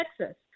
Texas